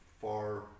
far